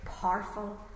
powerful